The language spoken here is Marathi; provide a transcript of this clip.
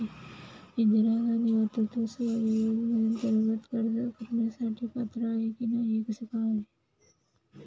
इंदिरा गांधी मातृत्व सहयोग योजनेअंतर्गत अर्ज करण्यासाठी पात्र आहे की नाही हे कसे पाहायचे?